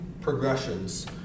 progressions